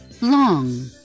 long